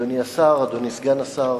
אדוני השר, אדוני סגן השר,